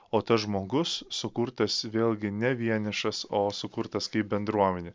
o tas žmogus sukurtas vėlgi ne vienišas o sukurtas kaip bendruomenė